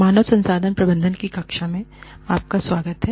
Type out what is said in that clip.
मानव संसाधन प्रबंधन की कक्षा में आपका फिर से स्वागत है